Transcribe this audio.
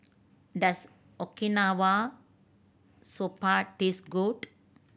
does Okinawa Soba taste good